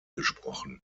gesprochen